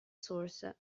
source